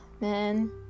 man